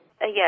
Yes